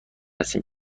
هستیم